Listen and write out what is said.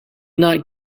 not